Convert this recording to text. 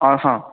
आ हा